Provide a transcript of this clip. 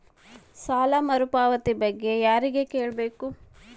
ಸಾಲ ಮರುಪಾವತಿ ಬಗ್ಗೆ ಯಾರಿಗೆ ಕೇಳಬೇಕು?